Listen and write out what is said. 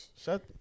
Shut